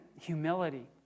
humility